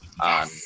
on